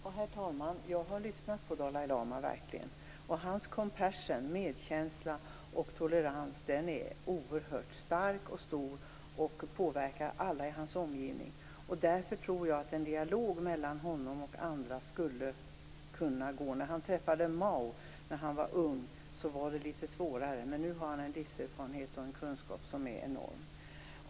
Herr talman! Jag har verkligen lyssnat på Dalai lama. Hans compassion - medkänsla - och tolerans är oerhört stark och påverkar alla i hans omgivning. Därför tror jag att en dialog mellan honom och andra skulle fungera. När han som ung träffade Mao var det litet svårare, men nu har han en livserfarenhet och en kunskap som är enorm.